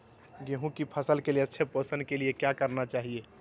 गेंहू की फसल के अच्छे पोषण के लिए क्या करना चाहिए?